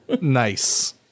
Nice